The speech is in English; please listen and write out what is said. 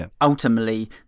ultimately